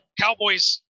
Cowboys